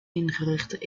ingerichte